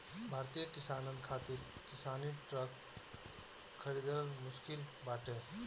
भारतीय किसानन खातिर किसानी ट्रक खरिदल मुश्किल बाटे